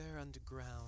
underground